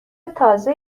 تازه